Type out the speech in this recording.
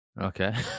Okay